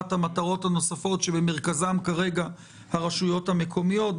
המטרות הנוספות שבמרכזן כרגע הרשויות המקומיות.